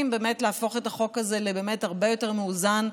להפוך את החוק הזה להרבה יותר מאוזן,